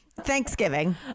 Thanksgiving